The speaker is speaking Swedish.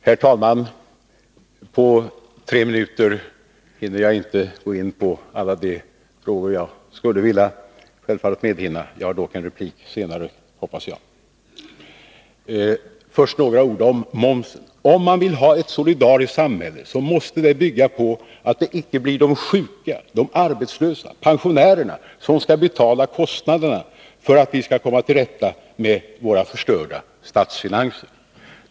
Herr talman! På tre minuter hinner jag inte gå in på alla de frågor jag skulle vilja ta upp. Först några ord om momsen. Om man vill ha ett solidariskt samhälle måste det bygga på att det icke blir de sjuka, de arbetslösa och pensionärerna som skall betala kostnaderna för att vi skall komma till rätta med våra förstörda statsfinanser.